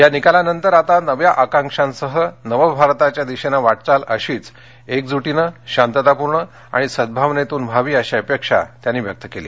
या निकालानंतर आता नव्या आकांक्षांसह नवभारताच्या दिशेनं वाटचाल अशीचएकजूटीनं शांततापूर्ण आणि सद्गावनेतूनव्हावी अशी अपेक्षा त्यांनी व्यक्त केली